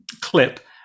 clip